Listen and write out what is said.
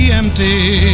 empty